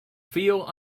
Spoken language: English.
feel